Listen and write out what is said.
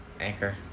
Anchor